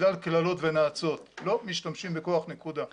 בגלל קללות ונאצות, לא משתמשים בכוח, נקודה.